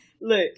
Look